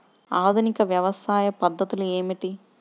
ఆధునిక వ్యవసాయ పద్ధతులు ఏమిటి?